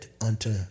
unto